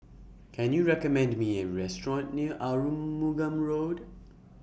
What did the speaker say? Can YOU recommend Me A Restaurant near Arumugam Road